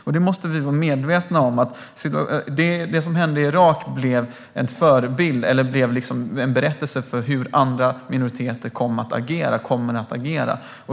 Vi måste vara medvetna om att det som hände i Irak blev en berättelse om hur andra minoriteter har kommit och kommer att agera.